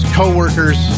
coworkers